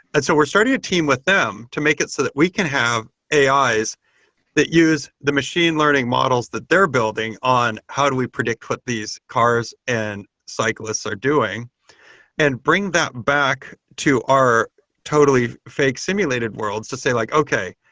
so we're starting to team with them to make it so that we can have ais that use the machine learning models that they're building on how do we predict with these cars and cyclists are doing and bring that back to our totally fake simulated worlds to say like, okay.